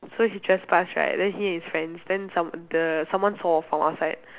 so he trespass right then he and his friends then someone the someone saw from outside